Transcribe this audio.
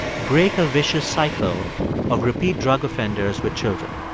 break a vicious cycle of repeat drug offenders with children.